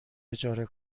اجاره